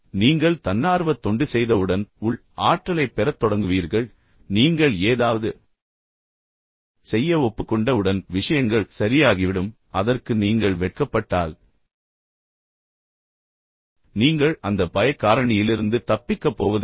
நீங்கள் தன்னார்வத் தொண்டு செய்தவுடன் உள் ஆற்றலைப் பெறத் தொடங்குவீர்கள் எனவே நீங்கள் ஏதாவது செய்ய ஒப்புக்கொண்டவுடன் விஷயங்கள் சரியாகிவிடும் ஆனால் அதற்கு நீங்கள் வெட்கப்பட்டால் நீங்கள் அந்த பயக் காரணியிலிருந்து தப்பிக்கப் போவதில்லை